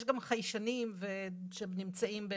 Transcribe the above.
יש גם חיישנים שנמצאים.